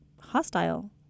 hostile